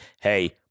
hey